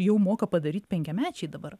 jau moka padaryt penkiamečiai dabar